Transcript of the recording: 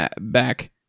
back